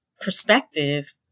perspective